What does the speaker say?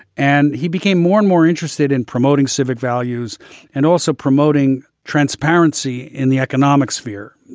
and he became more and more interested in promoting civic values and also promoting transparency in the economic sphere